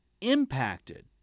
impacted